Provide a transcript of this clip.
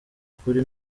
ukuri